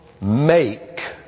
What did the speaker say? make